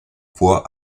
poids